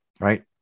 right